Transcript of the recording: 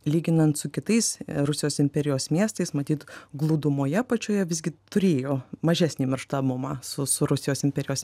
lyginant su kitais rusijos imperijos miestais matyt glūdumoje pačioje visgi turėjo mažesnį mirštamumą su su rusijos imperijos